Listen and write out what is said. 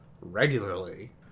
regularly